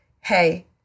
hey